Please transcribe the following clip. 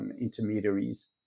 intermediaries